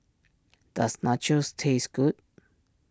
does Nachos taste good